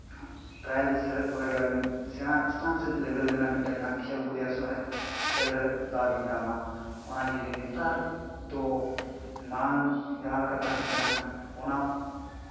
trial ᱨᱮ ᱥᱮᱞᱮᱫ ᱯᱚᱨᱮ ᱜᱮ ᱟᱹᱵᱤᱱ ᱥᱮᱬᱟ ᱪᱮᱛᱟᱱ ᱥᱮᱫ ᱞᱮᱵᱮᱞ ᱨᱮᱱᱟᱜ ᱢᱤᱫᱴᱟᱝ ᱡᱟᱦᱟᱸ ᱠᱷᱮᱞ ᱠᱚ ᱞᱟᱹᱭᱟ ᱥᱮ ᱚᱸᱰᱮ ᱠᱷᱮᱞ ᱨᱮ ᱫᱟᱣ ᱵᱤᱱ ᱧᱟᱢᱟ ᱚᱱᱟᱜᱮ ᱡᱩᱫᱤ ᱱᱮᱛᱟᱨ ᱫᱚ ᱢᱟᱲᱟᱝ ᱡᱟᱦᱟᱸ ᱞᱮᱠᱟ ᱛᱟᱦᱮᱸ ᱠᱟᱱᱟ ᱚᱱᱟ